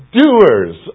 doers